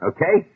Okay